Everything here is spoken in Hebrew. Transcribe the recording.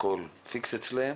הכול פיקס אצלם,